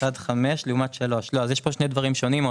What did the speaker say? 1.5 לעומת 3. יש כאן שני דברים שונים.